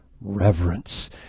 reverence